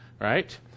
Right